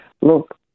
Look